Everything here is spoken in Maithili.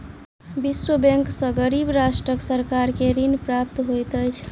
विश्व बैंक सॅ गरीब राष्ट्रक सरकार के ऋण प्राप्त होइत अछि